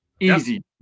Easy